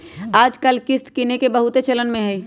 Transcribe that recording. याजकाल किस्त किनेके बहुते चलन में हइ